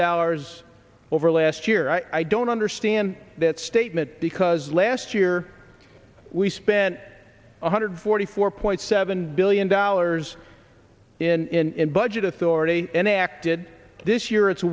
dollars over last year i don't understand that statement because last year we spent one hundred forty four point seven billion dollars in budget authority enacted this year it's